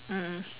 mm